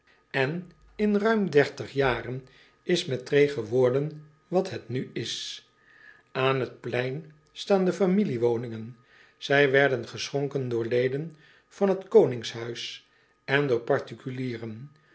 en in ruim jaren is mettray geworden wat het nu is aan het plein staan de familiewoningen zij werden geschonken door leden van het koningshuis en door particulieren